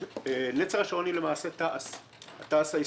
נצר השרון היא למעשה תע"ש ההיסטורית.